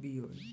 B হয়